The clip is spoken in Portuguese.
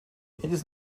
eles